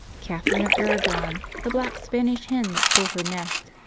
catherine of aragon, the black spanish hen that stole her nest,